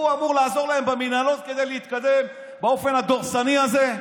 הוא אמור לעזור להם במינהלות כדי להתקדם באופן הדורסני הזה.